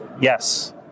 Yes